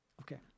Okay